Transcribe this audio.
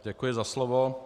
Děkuji za slovo.